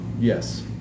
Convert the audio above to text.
Yes